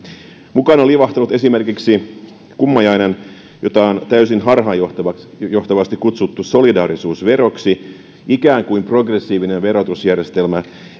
mukaan on livahtanut esimerkiksi kummajainen jota on täysin harhaanjohtavasti kutsuttu solidaarisuusveroksi ikään kuin progressiivinen verotusjärjestelmä